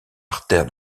artère